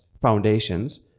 foundations